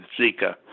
Zika